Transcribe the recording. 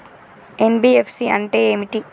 NBFC అంటే ఏమిటి?